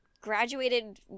graduated